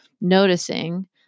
noticing